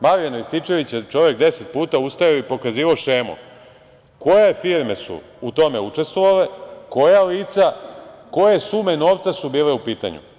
Marijan Rističević je deset puta ustajao i pokazivao šemu koje firme su u tome učestvovale, koja lica, koje sume novca su bile u pitanju.